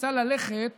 רצה ללכת